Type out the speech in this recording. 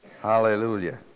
Hallelujah